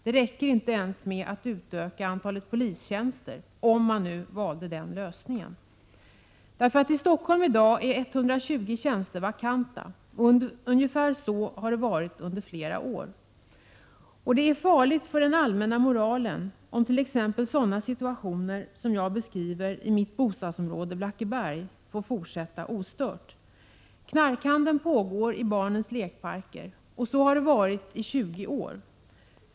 Det räcker inte ens med att utöka antalet polistjänster — om man nu valde den lösningen. I Stockholm i dag är 120 tjänster vakanta. Ungefär så har det varit under flera år. Det är farligt för den allmänna moralen om t.ex. sådana situationer som jag beskriver i mitt bostadsområde Blackeberg får fortsätta ostört. Knarkhandeln pågår i barnens lekparker, och så har det varit i 20 år.